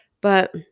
But-